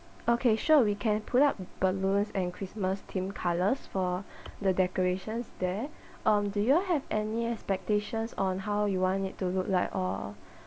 okay sure we can put up balloons and christmas theme colors for the decorations there um do you all have any expectations on how you want it to look like or